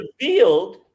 revealed